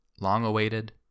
long-awaited